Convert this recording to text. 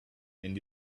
and